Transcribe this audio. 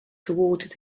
toward